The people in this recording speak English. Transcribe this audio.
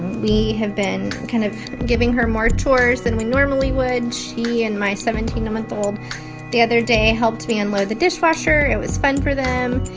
we have been kind of giving her more chores than we normally would. she and my seventeen month old the other day helped me unload the dishwasher. it was fun for them.